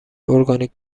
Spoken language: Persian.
اورگانیک